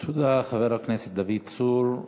תודה, חבר הכנסת דוד צור.